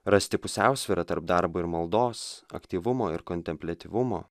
rasti pusiausvyrą tarp darbo ir maldos aktyvumo ir kontempliatyvumo